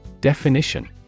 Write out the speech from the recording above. Definition